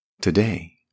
Today